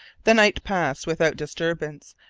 the night passed without disturbance,